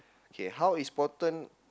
okay how important